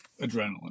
adrenaline